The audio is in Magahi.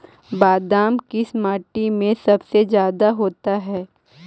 बादाम किस माटी में सबसे ज्यादा होता है?